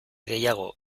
gehiago